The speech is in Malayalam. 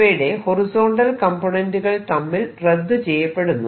ഇവയുടെ ഹൊറിസോണ്ടൽ കംപോണേന്റുകൾ തമ്മിൽ റദ്ദു ചെയ്യപ്പെടുന്നു